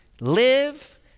live